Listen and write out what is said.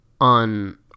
on